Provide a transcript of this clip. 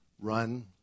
run